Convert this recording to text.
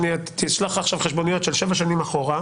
אני אשלח עכשיו חשבוניות של שבע שנים אחורה,